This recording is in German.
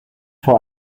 vor